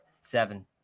Seven